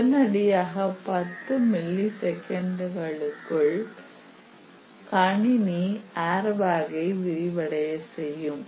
உடனடியாக 10 மில்லி செகண்ட்க்குள் கணினி ஏர்பேக்க்கை விரிவடைய செய்யும்